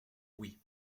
oui